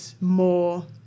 more